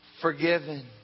forgiven